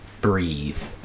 breathe